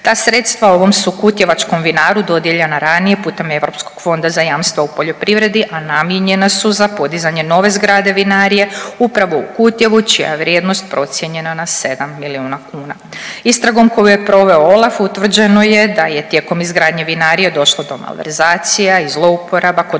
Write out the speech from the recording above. Ta sredstva ovom su kutjevačkom vinaru dodijeljena ranije putem Europskog fonda za jamstva u poljoprivredi, a namijenjena su za podizanje nove zgrade vinarije upravo u Kutjevu čija vrijednost procijenjena na 7 milijuna kuna. Istragu koju je proveo OLAF utvrđeno je da je tijekom izgradnje vinarije došlo do malverzacija i zlouporaba kod